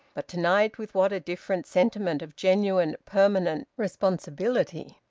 but to-night with what a different sentiment of genuine, permanent responsibility!